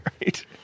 right